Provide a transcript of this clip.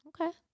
Okay